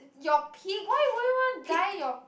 your peak why would you want die your